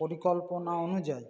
পরিকল্পনা অনুযায়ী